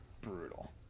brutal